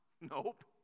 Nope